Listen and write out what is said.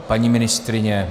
Paní ministryně?